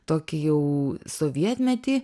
tokį jau sovietmetį